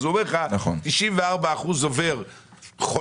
הוא אומר לך ש-94 אחוזים חונים אצלו